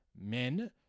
men